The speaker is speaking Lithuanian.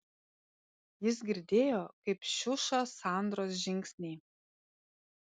jis girdėjo kaip šiuša sandros žingsniai